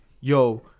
Yo